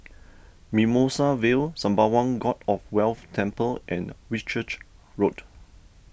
Mimosa Vale Sembawang God of Wealth Temple and Whitchurch Road